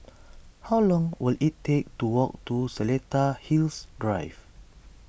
how long will it take to walk to Seletar Hills Drive